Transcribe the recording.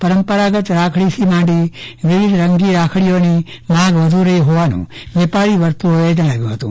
પરંપરાગત રાખડીથી માંડી વિવિધ રંગીન રાખડીઓની માંગ વ્ધુ રહી હોવાનું વેપારી વર્તુળોએ જણાવ્યું હતું